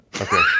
Okay